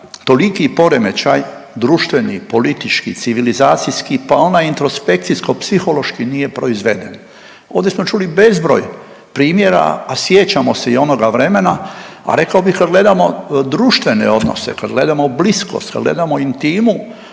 toliki poremećaj društveni, politički, civilizacijski pa onaj introspekcijsko-psihološki nije proizveden. Ovdje smo čuli bezbroj primjera, a sjećamo se i onoga vremena, a rekao bih kad gledamo društvene odnose, kad gledamo bliskost, kad gledamo intimu